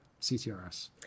CTRS